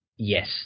Yes